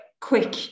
quick